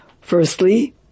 Firstly